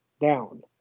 down